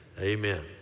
Amen